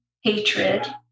hatred